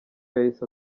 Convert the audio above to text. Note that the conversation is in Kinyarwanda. yahise